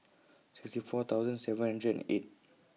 sixty four thousand seven hundred and eight